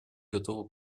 готова